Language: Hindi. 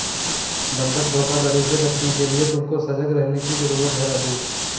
बंधक धोखाधड़ी से बचने के लिए तुमको सजग रहने की जरूरत है राजु